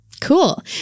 cool